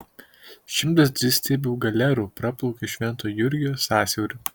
šimtas dvistiebių galerų praplaukė švento jurgio sąsiauriu